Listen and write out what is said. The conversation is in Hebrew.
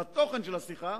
לתוכן של השיחה,